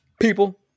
people